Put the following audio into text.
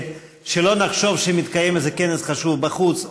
שלא נחשוב שמתקיים איזה כנס חשוב בחוץ,